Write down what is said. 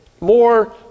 more